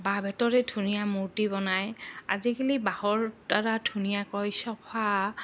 বাঁহ বেতৰে ধুনীয়া মূৰ্তি বনায় আজিকালি বাঁহৰ দ্বাৰা ধুনীয়াকৈ চোফা